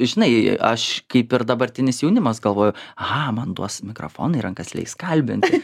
žinai aš kaip ir dabartinis jaunimas galvoju aha man duos mikrofoną į rankas leis kalbinti